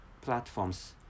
platforms